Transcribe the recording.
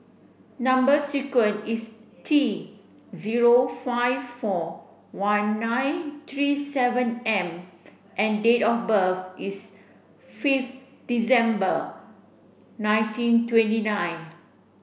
number sequence is T zero five four one nine three seven M and date of birth is fifth December nineteen twenty nine